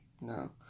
No